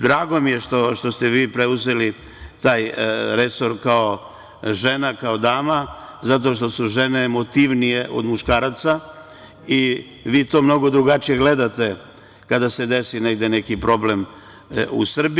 Drago mi je što ste vi preuzeli taj resor kao žena, kao dama, zato što su žene emotivnije od muškaraca i vi to mnogo drugačije gledate kada se desi negde neki problem u Srbiji.